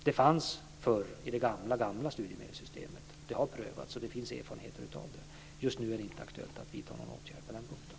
Detta fanns förr i det gamla, gamla studiemedelssystemet. Det har prövats, och det finns erfarenheter. Just nu är det inte aktuellt att vidta någon åtgärd på den punkten.